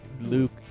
Luke